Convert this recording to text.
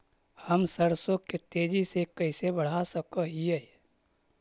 हम सरसों के तेजी से कैसे बढ़ा सक हिय?